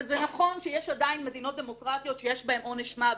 וזה נכון שיש עדיין מדינות דמוקרטיות שיש בהן עונש מוות,